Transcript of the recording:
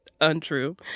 untrue